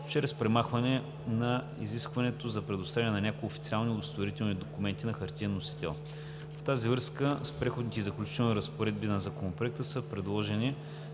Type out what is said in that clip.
чрез премахване на изискването за предоставяне на някои официални удостоверителни документи на хартиен носител. В тази връзка с Преходните и заключителни разпоредби на Законопроекта са предложени